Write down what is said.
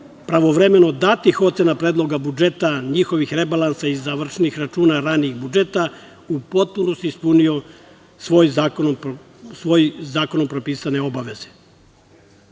pravovremeno datih ocena predloga budžeta, njihovih rebalansa i završnih računa ranijih budžeta u potpunosti ispunio svoje zakonom propisane obaveze. Agencija